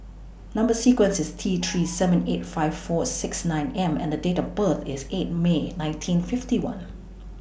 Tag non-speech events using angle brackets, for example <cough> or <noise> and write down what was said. Number sequence IS T <noise> three seven eight five four six nine M and Date of birth IS eight May nineteen fifty one